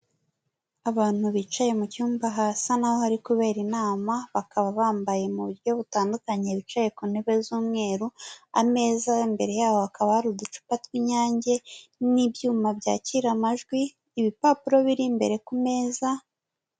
Abantu bicaye mu cyumba harasa n'aho hari kubera inama, bakaba bambaye mu buryo butandukanye, bicaye ku ntebe z'umweru, ameza ari imbere yabo hakaba hari uducupa tw'Inyange n'ibyuma byakira amajwi, ibipapuro biri imbere ku meza.